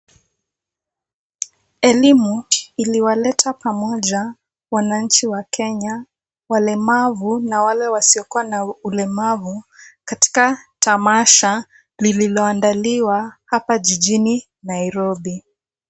Elimu iliwaleta pamoja wananchi wa Kenya walemavu na wale wasiokuwa na ulemavu katika tamasha lililoandaliwa hapa jijini Nairobi.